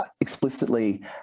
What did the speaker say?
explicitly